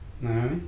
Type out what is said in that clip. No